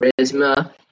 Charisma